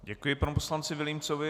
Děkuji panu poslanci Vilímcovi.